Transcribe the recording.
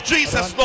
Jesus